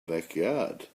backyard